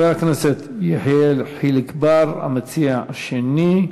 חבר הכנסת יחיאל חיליק בר, המציע השני.